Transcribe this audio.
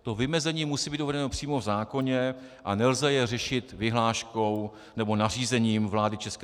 To vymezení musí být uvedeno přímo v zákoně a nelze jej řešit vyhláškou nebo nařízením vlády ČR.